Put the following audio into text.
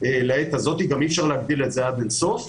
אתם מתקשים להתמודד עם 130,000 בדיקות במתחמי הבדיקה של פיקוד